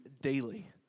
daily